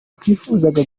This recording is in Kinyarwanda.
twifuzaga